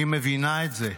היא מבינה את זה,